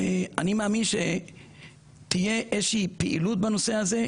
ואני מאמין שתהיה איזושהי פעילות בנושא הזה,